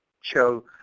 show